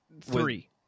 three